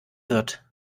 wird